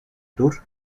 tour